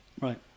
Right